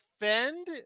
defend